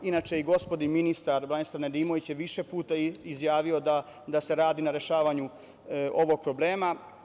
Inače, gospodin ministar Branislav Nedimović je više puta izjavio da se radi na rešavanju ovog problema.